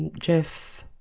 and geoff.